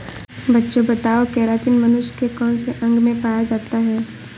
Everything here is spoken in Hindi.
बच्चों बताओ केरातिन मनुष्य के कौन से अंग में पाया जाता है?